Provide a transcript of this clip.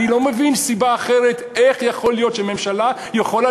אני לא מבין איך יכול להיות שממשלה יכולה